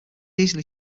easily